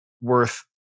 worth